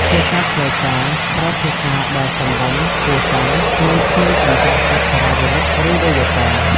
ភាសាផ្លូវការ ប្រើភាសាដែលសមរម្យ គួរសម និងគ្មានកំហុសអក្ខរាវិរុទ្ធ ឬវេយ្យាករណ៍។